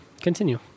Continue